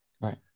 Right